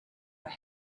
were